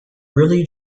really